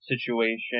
situation